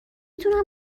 تونم